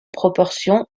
proportion